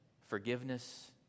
forgiveness